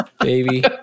baby